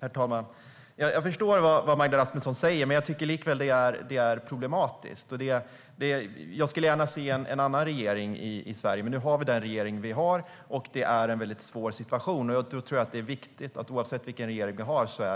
Herr talman! Jag förstår vad Magda Rasmusson säger, men jag tycker likväl att det här är problematiskt. Jag skulle gärna se en annan regering i Sverige, men nu har vi den regering vi har. Det är en svår situation nu, och oavsett vilken regering vi har ska